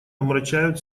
омрачает